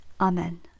Amen